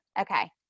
Okay